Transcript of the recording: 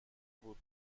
بود